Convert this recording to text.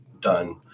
done